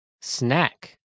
Snack